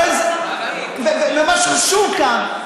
הרווחים שלהם, ואז הם יהיו יותר, ומה שחשוב כאן,